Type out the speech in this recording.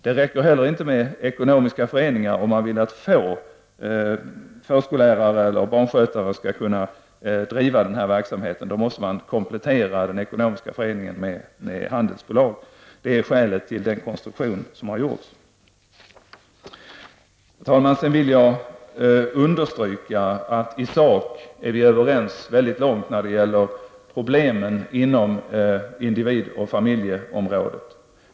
Det räcker inte heller med ekonomiska föreningar om man vill att förskollärare och barnskötare skall kunna driva verksamheten. Då måste man komplettera den ekonomiska föreningen med handelsbolag. Det är skälet till den gjorda konstruktionen. Herr talman! Jag vill understryka att vi i sak i långa stycken är överens när det problemen inom individoch familjeområdet.